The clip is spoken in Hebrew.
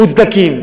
מוצדקות.